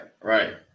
right